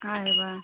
आइ लेबै